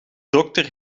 dokter